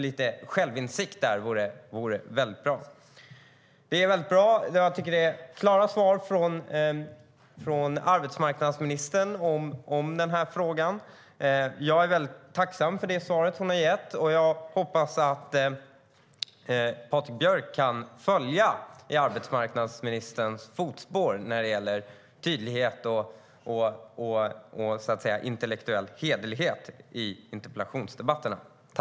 Lite självinsikt vore bra.